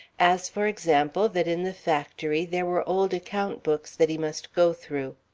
as, for example, that in the factory there were old account books that he must go through.